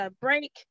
break